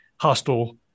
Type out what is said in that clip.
hostile